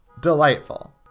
delightful